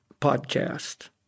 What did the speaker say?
podcast